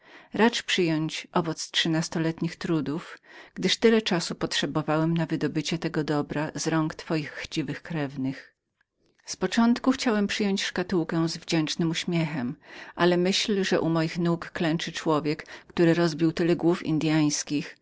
racz przyjąć owoc trzynastoletnich trudów gdyż tyle czasu potrzebowałem na wydobycie tego dobra z rąk twoich chciwych pokrewnych z początku chciałem przyjąć szkatułkę z wdzięcznym uśmiechem ale myśl że u moich nóg klęczał człowiek który rozbił tyle głów